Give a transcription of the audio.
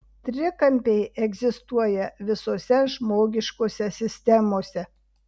trikampiai egzistuoja visose žmogiškose sistemose